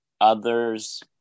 others